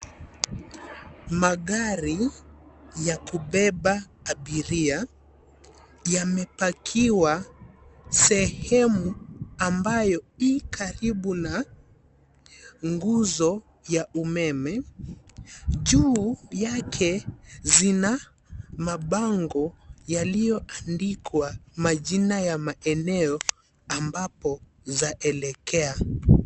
Magari ya kubeba abiria yamepakiwa sehemu ambayo ii aribu na nguzo ya umeme. Juu yake kuna mabango yaliyoandikwa majina ya maeneo ambapo zaelekea.